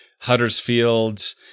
Huddersfield